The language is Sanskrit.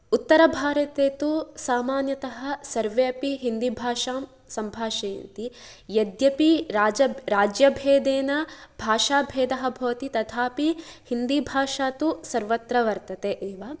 उत्तरभारते तु सामान्यतः सर्वे अपि हिन्दीभाषां सम्भाषयन्ति यद्यपि राज राज्यभेदेन भाषाभेदः भवति तथापि हिन्दीभाषा तु सर्वत्र वर्तते एव